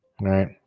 right